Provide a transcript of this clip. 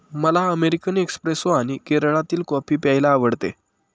मला American espresso आणि केरळातील कॉफी प्यायला आवडते